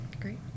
Great